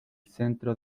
centro